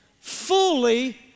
Fully